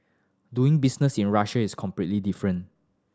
doing business in Russia is completely different